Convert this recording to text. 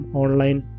online